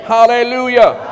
Hallelujah